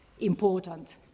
important